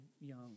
young